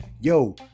yo